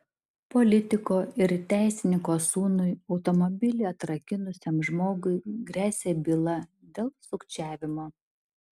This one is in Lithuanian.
politiko ir teisininko sūnui automobilį atrakinusiam žmogui gresia byla dėl sukčiavimo